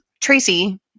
Tracy